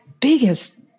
biggest